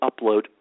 upload